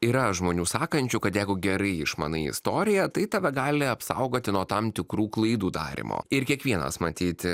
yra žmonių sakančių kad jeigu gerai išmanai istoriją tai tave gali apsaugoti nuo tam tikrų klaidų darymo ir kiekvienas matyt